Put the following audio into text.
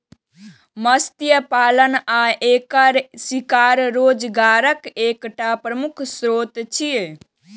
मत्स्य पालन आ एकर शिकार रोजगारक एकटा प्रमुख स्रोत छियै